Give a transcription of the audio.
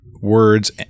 words